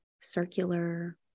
circular